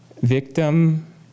victim